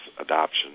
adoption